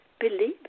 Believe